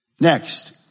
Next